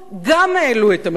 גם העלו את המחירים.